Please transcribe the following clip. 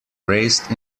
raised